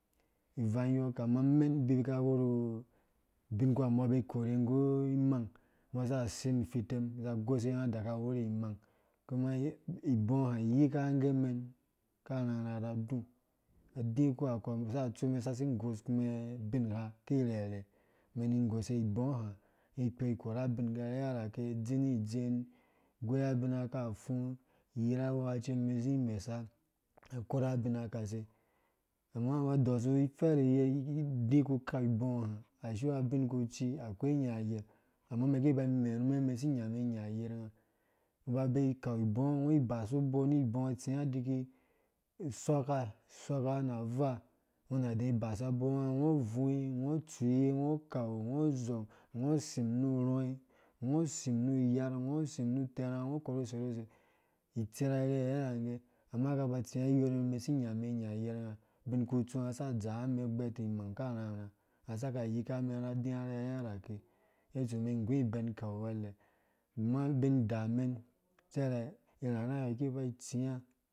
Ivang yɔ kamã mɛn bin kawu kawerhu bun kawu mbɔ kabe korhe nggu imang mbɔ za sĩm ifitem za goshe ngã taka wurhi imang. kuma ibɔɔ hã yikangã mɛn ra dũ karhãrhã na dũ kawu nukɔ saka tsu mɛn ki sisaki goshu kumen ubin gha ki rhɛirhɛ mɛn nĩ goshe ĩbɔɔ. hã nĩ kpo imãng ikorha abin rherhe nã ke dzi goi abina ka fũ yira angwɛ mbɔ zĩ imesa akorha abinaka se ngɔ ba dɔsu ifɛrha iyɔ dĩ ku kau ibɔɔ ha asiwuwa ubin kuci akwei nyã ayerh domin mɛn kiba imerhũmɛn mɛn siba nyã mɛn ayerhunm ngã, ngɔ ba bei kau ibɔɔ ngɔ ibasu bou tsiyɔ nĩ ibɔɔ tsĩyã diki sɔkka sɔkka. nã vaa ngɔ kuna de basa bou ngɔ bvui ngɔ. tsũi ngɔ kau ngɔ zɔng ngɔ sĩm nu rɔi ngɔ sĩm nu yah ngɔ sĩm nu tɛrha ngɔ korhu serhu se itserha rhɛrhɛ nangge amã ba ba tsĩa iyorh ngɔ mɛn si nyã mɛn ayerhnum ngã binkutsu ngã saka dza ngã mɛn gbɛtu imang akarhãrhã nã aska yika mɛn na dĩa rhɛrhɛ nã ke ngã tsũ mɛn gũ ĩbɛn ikau wɛrha nɛ amãã bin idamɛn cɛrɛ irhãrhã ki ba itsĩyã.